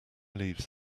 leaves